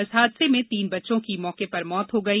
इस हादासे में तीन बच्चों की मौके पर मौत हो गई